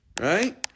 right